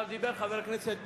דיבר חבר הכנסת